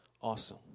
Awesome